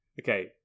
Okay